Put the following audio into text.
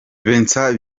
vincent